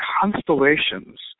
constellations